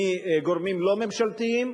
מגורמים לא ממשלתיים.